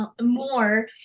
more